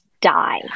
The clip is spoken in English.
die